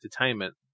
entertainment